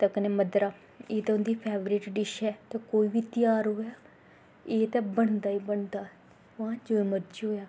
ते कन्नै मद्दरा एह् ते उं'दी फेवरेट डिश ऐ ते कोई बी तेहार होऐ एह् ते बनदा गै बनदा ऐ भाएं जो मर्जी होऐ